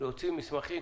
להוציא מסמכים,